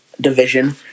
division